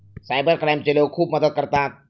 cyber क्राईमचे लोक खूप मदत करतात